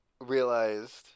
realized